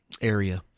area